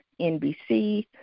NBC